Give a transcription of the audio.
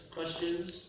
questions